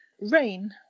Rain